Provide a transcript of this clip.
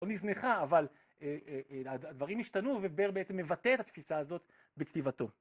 הוא נזנחה אבל הדברים השתנו ובר בעצם מבטא את התפיסה הזאת בכתיבתו